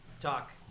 talk